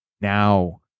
now